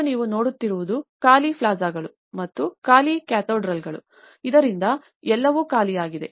ಇಂದು ನೀವು ನೋಡುತ್ತಿರುವುದು ಖಾಲಿ ಪ್ಲಾಜಾಗಳು ಮತ್ತು ಖಾಲಿ ಕ್ಯಾಥೆಡ್ರಲ್ಗಳು ಆದ್ದರಿಂದ ಎಲ್ಲವೂ ಖಾಲಿಯಾಗಿದೆ